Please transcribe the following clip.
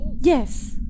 yes